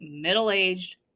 middle-aged